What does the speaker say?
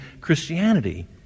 Christianity